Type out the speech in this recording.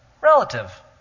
relative